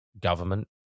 government